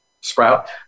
sprout